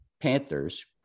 Panthers